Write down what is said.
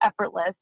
effortless